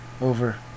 over